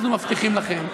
אנחנו מבטיחים לכם,